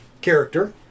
character